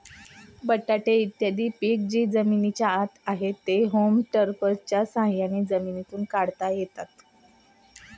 बटाटे इत्यादी पिके जी जमिनीच्या आत आहेत, ती होम टॉपर्सच्या साह्याने जमिनीतून काढता येतात